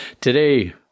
Today